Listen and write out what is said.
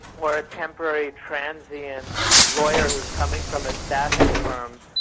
or a temporary, transient lawyer who's coming from a staffing firm,